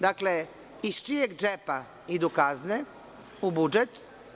Dakle, iz čijeg džepa idu kazne u budžet?